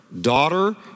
daughter